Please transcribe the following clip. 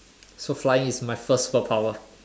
so flying is my first superpower